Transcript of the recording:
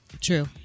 True